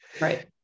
Right